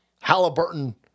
Halliburton